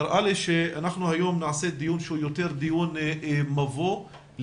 נראה לי שאנחנו היום נקיים דיון שהוא יותר דיון מבוא כדי